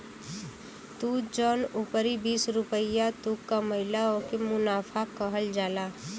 त जौन उपरी बीस रुपइया तू कमइला ओके मुनाफा कहल जाला